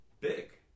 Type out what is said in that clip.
big